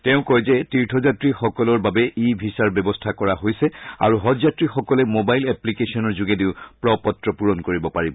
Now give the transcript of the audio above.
তেওঁ কয় যে তীৰ্থযাত্ৰী সকলৰ বাবে ই ভিছাৰ ব্যৱস্থা কৰা হৈছে আৰু হজযাত্ৰী সকলে মোবাইল এপ্লিকেশ্বনৰ যোগেদিও প্ৰ পত্ৰ পূৰণ কৰিব পাৰিব